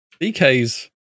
BK's